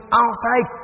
outside